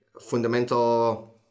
fundamental